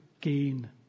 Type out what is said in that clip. gain